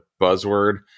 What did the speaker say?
buzzword